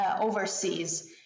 overseas